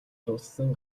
дууссан